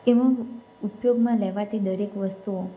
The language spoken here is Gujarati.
એમાં ઉપયોગમાં લેવાતી દરેક વસ્તુઓ